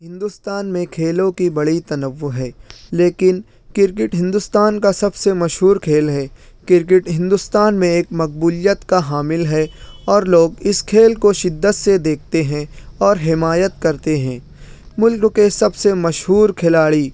ہندوستان میں کھیلوں کی بڑی تنوع ہے لیکن کرکٹ ہندوستان کا سب سے مشہور کھیل ہے کرکٹ ہندوستان میں ایک مقبولیت کا حامل ہے اور لوگ اس کھیل کو شدت سے دیکھتے ہیں اور حمایت کرتے ہیں ملک کے سب سے مشہور کھلاڑی